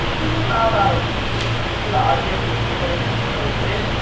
please allow about a week for the audio recording to be posted.